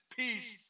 peace